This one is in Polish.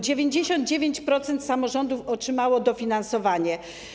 99% samorządów otrzymało dofinansowanie.